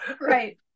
Right